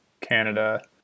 Canada